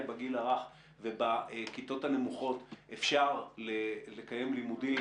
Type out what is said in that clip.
בגיל הרך ובכיתות הנמוכות אפשר לקיים לימודים,